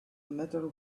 matter